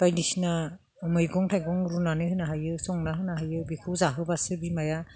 बायदिसिना मैगं थाइगं रुनानै होनो हायो संना होना होयो बेखौबो जाहोबासो बिमाया